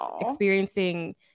experiencing